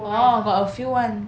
orh got a few [one]